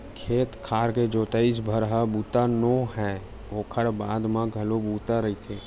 खेत खार के जोतइच भर ह बूता नो हय ओखर बाद म घलो बूता रहिथे